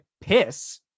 piss